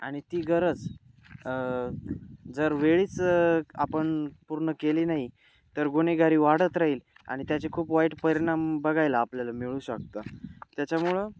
आणि ती गरज जर वेळीच आपन पूर्ण केली नाही तर गुन्हेगारी वाढत राहील आणि त्याचे खूप वाईट परिणाम बघायला आपल्याला मिळू शकतं त्याच्यामुळं